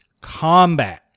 combat